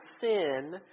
sin